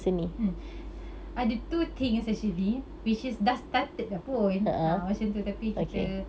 mm ada two things actually which is dah started dah pun ah macam tu tapi kita